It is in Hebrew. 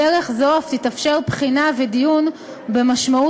בדרך זו אף יתאפשרו בחינה ודיון במשמעות